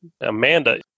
Amanda